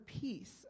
peace